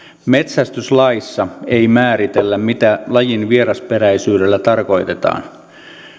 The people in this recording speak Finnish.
metsästyslaissa ei määritellä mitä lajin vierasperäisyydellä tarkoitetaan